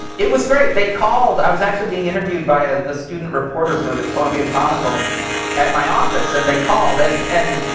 it was great. they called. i was actually being interviewed by ah the student reporter for the columbia chronicle at my office, and they called. and and